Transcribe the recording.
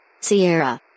Sierra